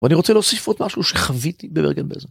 ואני רוצה להוסיף עוד משהו שחוויתי בברגן בלזן.